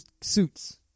suits